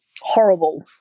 horrible